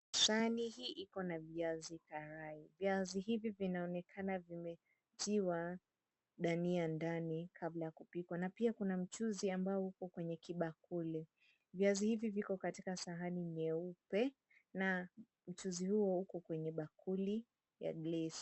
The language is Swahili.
Sahani hii iko na viazi karai, viazi hivi vinaonekana vimetiwa dania ndani kabla ya kupikwa, na pia kuna mchuzi ambao uko kwenye kibakuli. Viazi hivi viko katika sahani nyeupe, na mchuzi huo uko kwenye bakuli ya glesi .